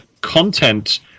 content